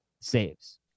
saves